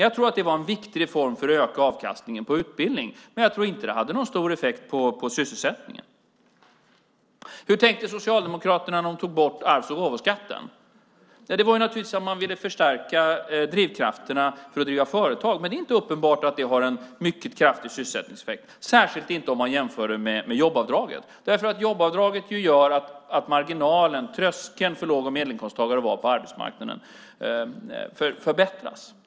Jag tror att det var en viktig reform för att öka avkastningen på utbildning, men jag tror inte att det hade någon stor effekt på sysselsättningen. Hur tänkte Socialdemokraterna när de tog bort arvs och gåvoskatten? Man ville naturligtvis förstärka drivkrafterna att driva företag. Men det är inte uppenbart att det har en mycket kraftig sysselsättningseffekt, särskilt inte om man jämför med jobbavdraget. Jobbavdraget gör nämligen att marginalen, tröskeln, för låg och medelinkomsttagare till arbetsmarknaden förbättras.